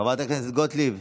חברת הכנסת גוטליב,